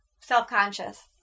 self-conscious